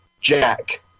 Jack